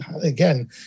again